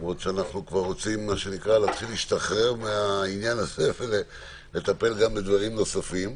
למרות שאנחנו רוצים כבר להשתחרר מהעניין הזה ולטפל גם בעניינים נוספים.